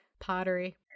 pottery